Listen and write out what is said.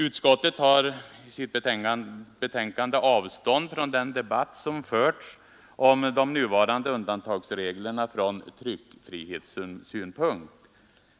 Utskottet tar i sitt betänkande avstånd från den debatt som förts om de nuvarande undantagsreglerna från tryckfrihetssynpunkt.